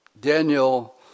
Daniel